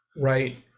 right